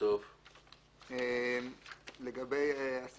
ולגבי עובדים יישאר 60 ימים.